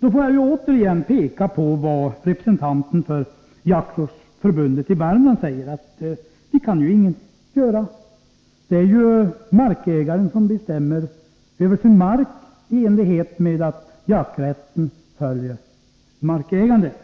får då återigen hänvisa till vad representanten för jaktvårdsförbundet i Värmland säger. Han säger: Vi kan inget göra. Markägaren bestämmer över sin mark, eftersom jakträtten följer markägandet.